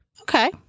Okay